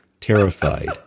terrified